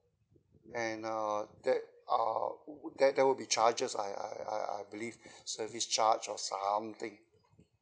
and uh that uh would there there will be charges I I I I believe service charge or something